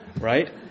right